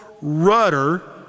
rudder